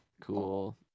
Cool